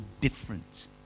different